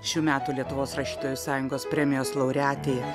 šių metų lietuvos rašytojų sąjungos premijos laureatė